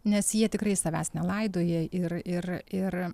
nes jie tikrai savęs nelaidoja ir ir ir